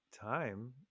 time